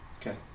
Okay